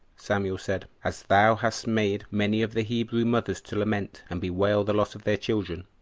samuel said, as thou hast made many of the hebrew mothers to lament and bewail the loss of their children,